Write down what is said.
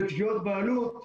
בתביעות בעלות,